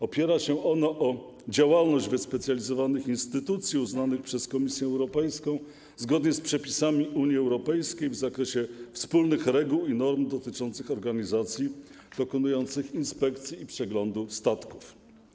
Opiera się ono na działalności wyspecjalizowanych instytucji uznanych przez Komisję Europejską, zgodnie z przepisami Unii Europejskiej, w zakresie wspólnych reguł i norm dotyczących organizacji dokonujących inspekcji i przeglądu statków.